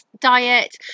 diet